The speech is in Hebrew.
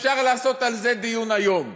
אפשר לעשות על זה דיון היום?